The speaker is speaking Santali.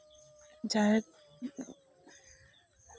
ᱡᱟᱦᱮᱨ